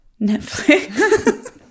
Netflix